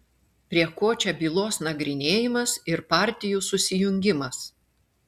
prie ko čia bylos nagrinėjimas ir partijų susijungimas